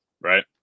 right